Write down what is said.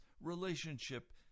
relationship